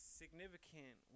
significant